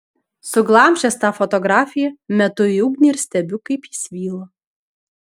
suglamžęs tą fotografiją metu į ugnį ir stebiu kaip ji svyla